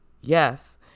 yes